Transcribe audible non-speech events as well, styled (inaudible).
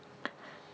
(breath)